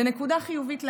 ונקודה חיובית היום,